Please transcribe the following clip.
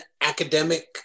academic